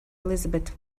elizabeth